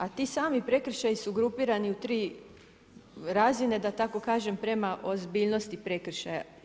A ti sami prekršaji su grupirani u tri razine, da tako kažem prema ozbiljnosti prekršaja.